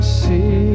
see